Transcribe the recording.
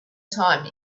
time